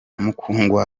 mukungwa